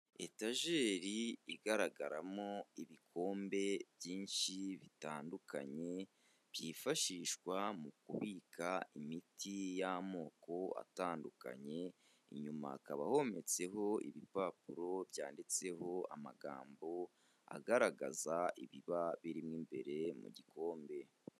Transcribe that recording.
Etajeri igaragaramo ibikombe byinshi bitandukanye, byifashishwa mu kubika imiti y'amoko atandukanye, inyuma hakaba hometseho ibipapuro byanditseho amagambo agaragaza ibiba biri mo imbere mu gikombe.